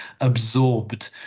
absorbed